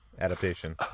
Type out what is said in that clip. adaptation